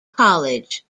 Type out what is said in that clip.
college